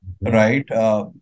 Right